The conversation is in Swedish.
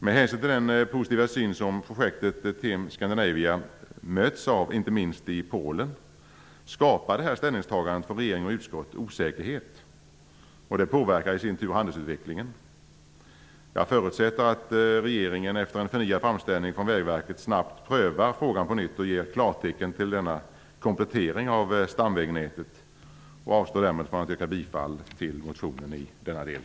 Med hänsyn till den positiva syn som projektet TEM Scandinavia mötts av inte minst i Polen skapar ställningstagandet från regering och utskott osäkerhet. Det påverkar i sin tur handelsutvecklingen. Jag förutsätter att regeringen efter en förnyad framställning från Vägverket snabbt prövar frågan på nytt och ger klartecken till denna komplettering av stamvägnätet och avstår därmed från att yrka bifall till motionen i denna del.